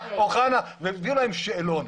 והביאו להם שאלות,